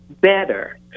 better